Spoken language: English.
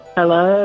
Hello